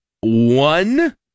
One